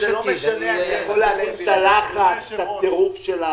זה לא משנה, אני יכול להבין את הלחץ, את הטירוף.